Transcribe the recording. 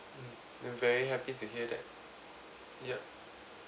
mm I'm very happy to hear that yup